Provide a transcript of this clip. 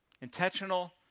Intentional